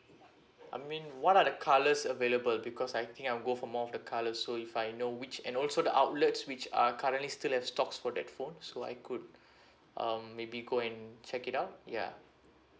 I mean what are the colours available because I think I'll go for more of the colours so if I know which and also the outlet which are currently still has stocks for that phone so I could um maybe go and check it out yeah